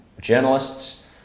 journalists